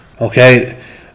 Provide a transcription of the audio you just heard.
okay